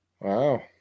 Wow